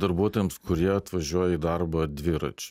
darbuotojams kurie atvažiuoja į darbą dviračiu